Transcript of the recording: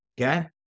Okay